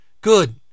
Good